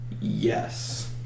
Yes